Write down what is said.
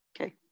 okay